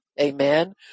Amen